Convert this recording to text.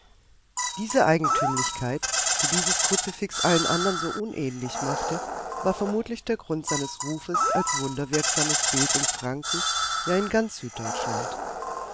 diese eigentümlichkeit die dieses kruzifix allen anderen so unähnlich machte war vermutlich der grund seines rufes als wunderwirkendes bild in franken ja in ganz süddeutschland